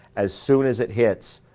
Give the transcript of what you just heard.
as soon as it hits,